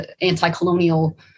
anti-colonial